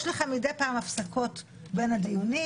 יש לכם מדי פעם הפסקות בין הדיונים,